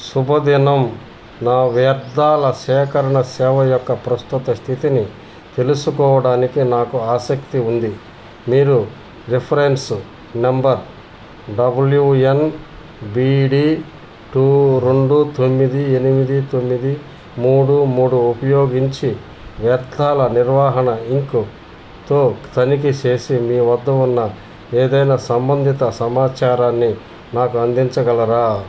శుభదినం నా వ్యర్థాల సేకరణ సేవ యొక్క ప్రస్తుత స్థితిని తెలుసుకోవడానికి నాకు ఆసక్తి ఉంది మీరు reference number W N B D two రెండు తొమ్మిది ఎనిమిది తొమ్మిది మూడు మూడు ఉపయోగించి వ్యర్థాల నిర్వహణ ఇంక్తో తనిఖీ చేసి మీ వద్ద ఉన్న ఏదైనా సంబంధిత సమాచారాన్ని నాకు అందించగలరా